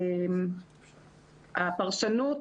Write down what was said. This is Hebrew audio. הפרשנות,